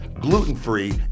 gluten-free